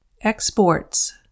Exports